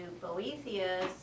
Boethius